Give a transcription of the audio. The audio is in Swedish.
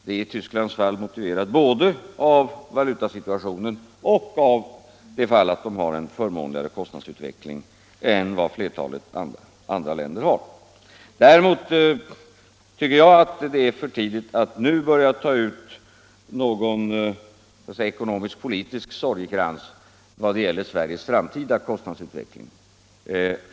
Det är i Tysklands fall motiverat både av valutasituationen och av att man där har en förmånligare kostnadsutveckling än i flertalet andra länder. Däremot tycker jag att det är tidigt att nu ta fram någon ekonomisk-politisk sorgekrans i vad gäller Sveriges framtida kostnadsutveckling.